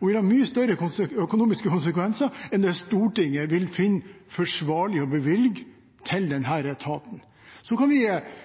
og vil ha mye større økonomiske konsekvenser enn det Stortinget vil finne forsvarlig å bevilge til denne etaten. Vi kan